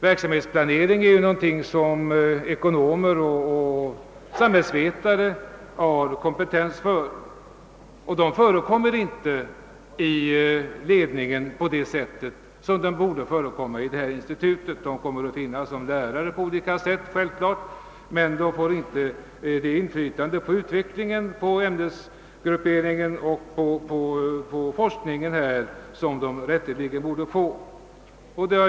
Verksamhetsplanering är någonting som ekonomer och samhällsvetare har kompetens för. De förekommer inte i ledningen på det sätt de borde göra i detta institut. De kommer självfallet att finnas som lärare, men de får inte det inflytande på utvecklingen, ämnesgrupperingen och forskningen som de rätteligen borde få.